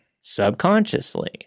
subconsciously